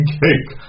cake